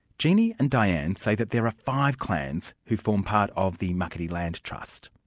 jeannie and dianne say that there are five clans who form part of the muckaty land trust.